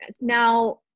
Now